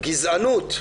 גזענות,